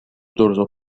torso